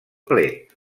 plet